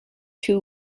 two